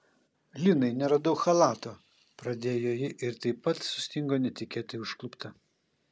linai neradau chalato pradėjo ji ir taip pat sustingo netikėtai užklupta